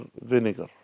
vinegar